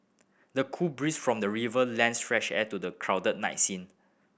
the cool breeze from the river lends fresh air to the crowded night scene